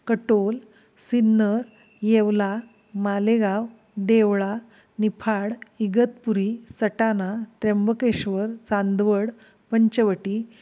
Katol Sinnar Yeola Malegaon Deola Niphad Igatpuri Satana Trimbakeshwar Chandwad Panchavati